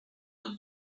the